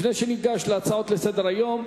לפני שניגש להצעות לסדר-היום,